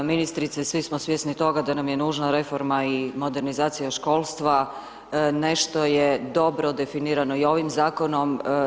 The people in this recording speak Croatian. Ministrice svi smo svjesni toga da nam je nužna reforma i modernizacija školstva, nešto je dobro definirano i ovim zakonom.